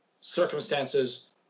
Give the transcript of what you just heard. circumstances